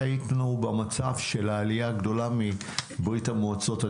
שהיינו במצב של העלייה הגדולה מברית המועצות.